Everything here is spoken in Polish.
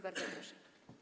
Bardzo proszę.